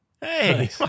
hey